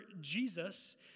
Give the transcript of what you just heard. Jesus